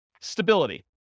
Stability